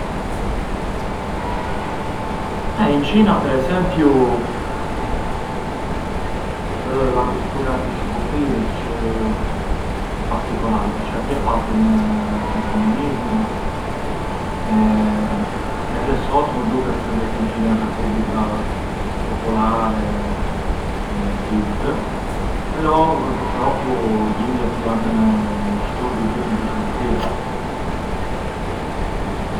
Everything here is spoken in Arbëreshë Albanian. Eh in Cina per esempiu ë la cultura të shuburtirës çë ë particolari, përçë atje patën u comunismu e edhe sot më duket se definiren Repubblica Popolare e gjithë, però putroppo gjindiat jan shturë gjithë ditën te shuburtira.